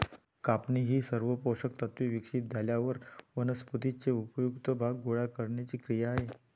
कापणी ही सर्व पोषक तत्त्वे विकसित झाल्यावर वनस्पतीचे उपयुक्त भाग गोळा करण्याची क्रिया आहे